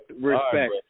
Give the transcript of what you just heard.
Respect